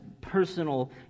personal